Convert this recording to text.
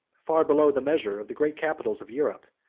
far below the measure of the great capitals of europe,